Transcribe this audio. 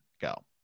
go